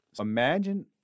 Imagine